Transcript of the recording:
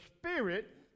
Spirit